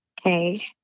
okay